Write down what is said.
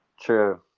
true